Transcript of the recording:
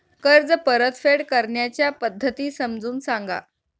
कर्ज परतफेड करण्याच्या पद्धती समजून सांगा